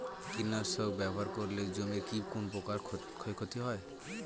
কীটনাশক ব্যাবহার করলে জমির কী কোন প্রকার ক্ষয় ক্ষতি হয়?